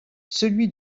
celui